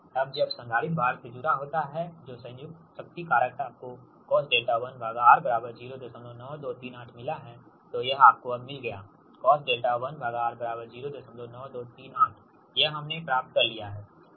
अब जब संधारित्र भार से जुड़ा होता है जो संयुक्त शक्ति कारक आपको 𝐶os 𝛿 1R 09238 मिला है तो यह आपको अब मिल गया है 𝐶os 𝛿 1R 09238 यह हमने प्राप्त कर लिया है